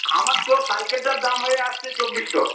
আমার তো সাইকেলটার দাম হয়ে আসছে চব্বিশশো